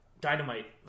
Dynamite